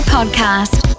Podcast